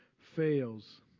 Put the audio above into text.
fails